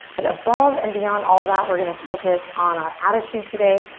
but above and beyond all that we're gonna focus on our attitude today,